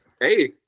Hey